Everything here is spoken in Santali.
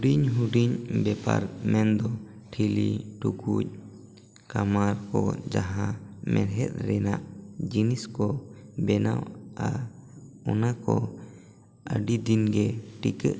ᱦᱩᱰᱤᱧ ᱦᱩᱰᱤᱧ ᱵᱮᱯᱟᱨ ᱢᱮᱱ ᱫᱚ ᱴᱷᱤᱞ ᱴᱩᱠᱩᱡ ᱛᱟᱢᱟ ᱠᱚ ᱡᱟᱦᱟᱸ ᱢᱮᱬᱦᱮᱫ ᱨᱮᱱᱟᱜ ᱡᱤᱱᱤᱥ ᱠᱚ ᱵᱮᱱᱟᱜᱼᱟ ᱚᱱᱟ ᱠᱚ ᱟᱹᱰᱤ ᱫᱤᱱ ᱜᱮ ᱴᱤᱠᱟᱹᱜ ᱠᱟᱱᱟ ᱟᱨ